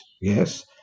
yes